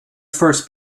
first